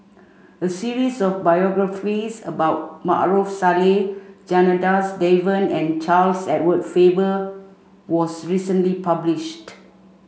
a series of biographies about Maarof Salleh Janadas Devan and Charles Edward Faber was recently published